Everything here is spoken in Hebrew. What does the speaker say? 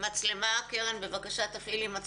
אני מאוד שמחה על התכנסות הוועדה בפעם השנייה ועל